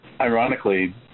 Ironically